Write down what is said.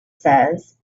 says